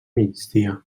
migdia